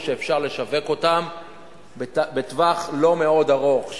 שאפשר לשווק אותן בטווח לא מאוד ארוך,